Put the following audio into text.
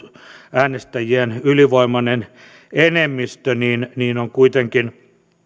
äänestäjien ylivoimainen enemmistö on kuitenkin